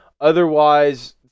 Otherwise